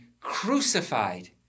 crucified